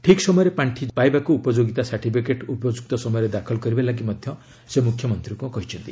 ଠିକ୍ ସମୟରେ ପାଣ୍ଡି ପାଇବାକ୍ ଉପଯୋଗିତା ସାର୍ଟିଫିକେଟ୍ ଉପଯୁକ୍ତ ସମୟରେ ଦାଖଲ କରିବାଲାଗି ମଧ୍ୟ ସେ ମୁଖ୍ୟମନ୍ତୀଙ୍କୁ କହିଛନ୍ତି